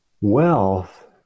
Wealth